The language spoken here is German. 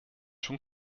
schon